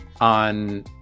on